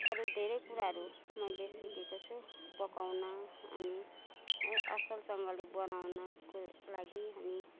अरू धेरै कुराहरू मैले सिकेको छु पकाउन अनि असलसँगले बनाउनको लागि अनि